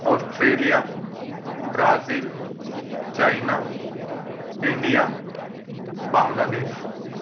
Australia Brazil China India Bangladesh